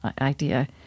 idea